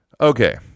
Okay